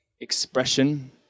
expression